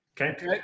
Okay